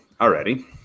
already